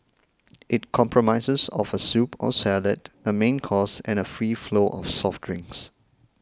it comprises of a soup or salad a main course and free flow of soft drinks